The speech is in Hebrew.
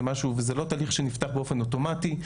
משהו וזה לא תהליך שנפתח באופן אוטומטי,